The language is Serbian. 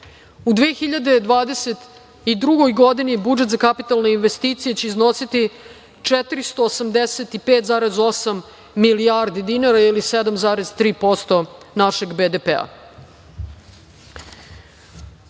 U 2022. godini budžet za kapitalne investicije će iznositi 485,8 milijardi dinara ili 7,3% našeg BDP.Što